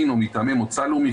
מין או מטעמי מוצא לאומי,